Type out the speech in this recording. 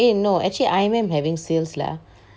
eh no actually I_M_M having sales lah